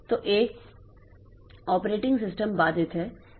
तो एक operating system बाधित है